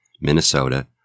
Minnesota